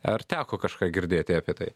ar teko kažką girdėti apie tai